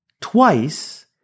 Twice